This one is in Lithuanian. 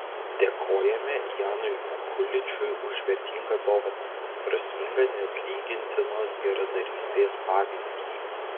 dėkojame janui okuličiui už vertingą dovaną prasmingą neatlygintinos geradarystės pavyzdį